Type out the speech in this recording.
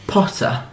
Potter